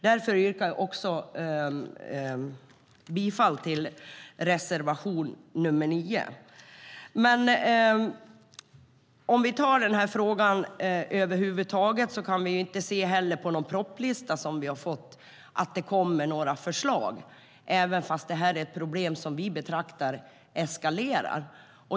Därför yrkar jag bifall till reservation nr 9. Om vi tar den här frågan över huvud taget kan vi inte se på den propositionslista vi har fått att det kommer några förslag, trots att det här är ett problem som vi menar eskalerar.